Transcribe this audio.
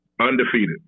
Undefeated